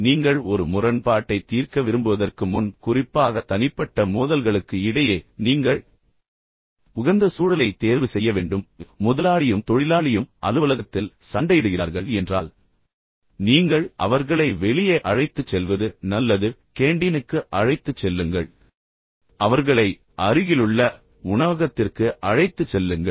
நீங்கள் ஒரு முரண்பாட்டைத் தீர்க்க விரும்புவதற்கு முன் குறிப்பாக தனிப்பட்ட மோதல்களுக்கு இடையே நீங்கள் ஒரு உகந்த சூழலைத் தேர்வு செய்ய வேண்டும் அதாவது முதலாளியும் தொழிலாளியும் அலுவலகத்தில் சண்டையிடுகிறார்கள் என்றால் நீங்கள் அவர்களை வெளியே அழைத்துச் செல்வது நல்லது கேண்டீனுக்கு அழைத்துச் செல்லுங்கள் சிற்றுண்டிச்சாலைக்கு அழைத்துச் செல்லுங்கள் அவர்களை அருகிலுள்ள உணவகத்திற்கு அழைத்துச் செல்லுங்கள்